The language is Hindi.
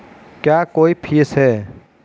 क्या कोई फीस है?